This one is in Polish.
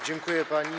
Dziękuję pani.